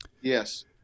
Yes